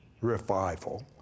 revival